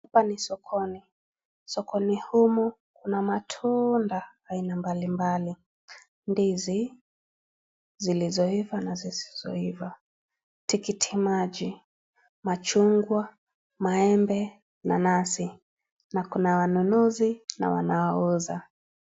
Hapa ni sokoni. Sokoni humu kuna matunda aina mbali mbali. Ndizi zilizoiva na zisizoiva, tikiti maji, machungwa, maembe, nanasi na kuna wanunuzi na wanaouza.